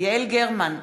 יעל גרמן,